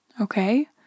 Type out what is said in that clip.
Okay